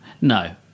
No